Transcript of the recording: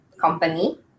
company